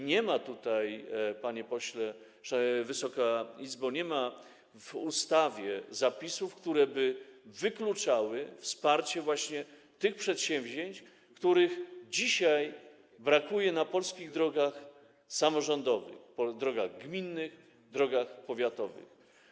Nie ma, panie pośle, Wysoka Izbo, w ustawie zapisów, które wykluczałyby wsparcie właśnie tych przedsięwzięć, których dzisiaj brakuje na polskich drogach samorządowych: drogach gminnych, drogach powiatowych.